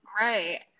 right